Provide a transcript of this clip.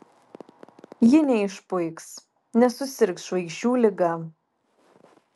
ji neišpuiks nesusirgs žvaigždžių liga